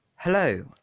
Hello